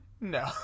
No